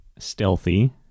stealthy